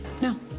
No